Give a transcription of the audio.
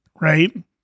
Right